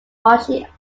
archie